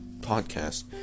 podcast